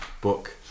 book